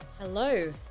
Hello